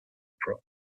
april